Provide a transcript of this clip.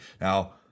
Now